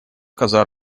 коза